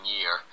Year